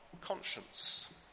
conscience